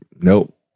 Nope